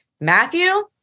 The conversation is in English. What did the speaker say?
Matthew